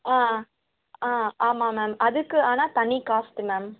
ஆ ஆ ஆமாம் மேம் அதுக்கு ஆனால் தனி காஸ்ட்டு மேம்